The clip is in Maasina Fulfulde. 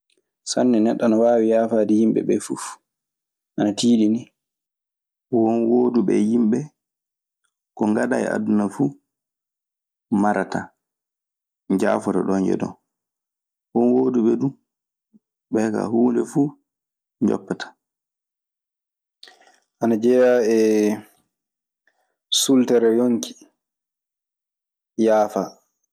Sanne neɗɗo ana waawi yaafaade yimɓe ɓee fuf. Ana tiiɗinii. Won wooduɓe e yimɓe ko ngaɗaa e aduna fuu marataa, njaafoto ɗon e ɗon. Won wooduɓe duu, ɓee kaa huunde fuu njoppataa. Ana jeyaa eee sultere yonki yaafa.